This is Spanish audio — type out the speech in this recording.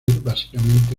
básicamente